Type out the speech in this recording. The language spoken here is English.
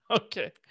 okay